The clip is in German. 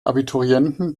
abiturienten